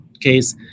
case